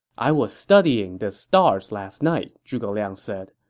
i was studying the stars last night, zhuge liang said.